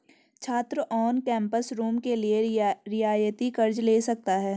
छात्र on campus room के लिए रियायती कर्ज़ ले सकता है